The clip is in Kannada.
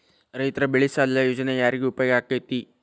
ರೈತ ಬೆಳೆ ಸಾಲ ಯೋಜನೆ ಯಾರಿಗೆ ಉಪಯೋಗ ಆಕ್ಕೆತಿ?